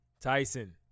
Tyson